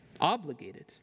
obligated